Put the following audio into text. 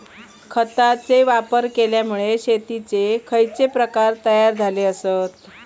खतांचे वापर केल्यामुळे शेतीयेचे खैचे प्रकार तयार झाले आसत?